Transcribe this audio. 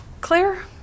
Claire